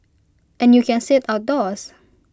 and you can sit outdoors